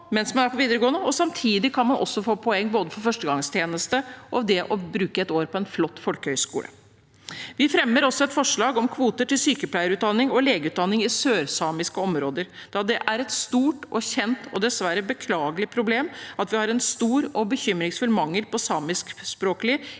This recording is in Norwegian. og samtidig kan man også få poeng for både førstegangstjeneste og det å bruke et år på en flott folkehøyskole. Vi fremmer også forslag om kvoter til sykepleierutdanning og legeutdanning i sørsamiske områder, da det er et stort, kjent og dessverre beklagelig problem at vi har en stor og bekymringsfull mangel på samiskspråklige